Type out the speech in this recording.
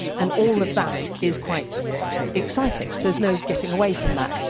and all of that is quite exciting there's no getting away from that.